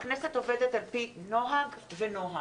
הכנסת עובדת על פי נוהג ונוהל.